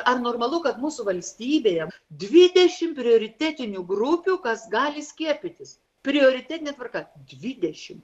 ar normalu kad mūsų valstybėje dvidešimt prioritetinių grupių kas gali skiepytis prioritetine tvarka dvidešimt